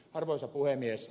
arvoisa puhemies